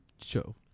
show